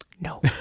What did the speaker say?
No